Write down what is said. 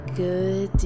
good